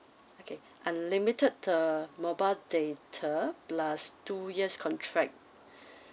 okay unlimited the mobile data plus two years contract